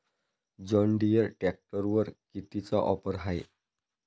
John Deere ट्रॅक्टरवर कितीची ऑफर हाये?